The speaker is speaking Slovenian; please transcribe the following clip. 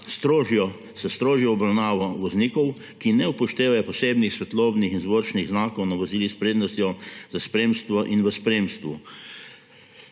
strožjo obravnavo voznikov, ki ne upoštevajo posebnih svetlobnih in zvočnih znakov na vozilih s prednostjo za spremstvo in v spremstvu;